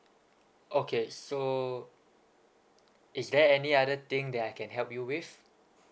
okay so is there any other thing that I can help you with